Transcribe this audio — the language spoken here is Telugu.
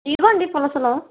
ఇవిగోండి పులసలు